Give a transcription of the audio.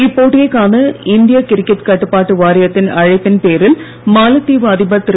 இப்போட்டியைக் காண இந்திய கிரிக்கெட் கட்டுப்பாட்டு வாரியத்தின் அழைப்பின் பேரில் மாலத்தீவு அதிபர் திரு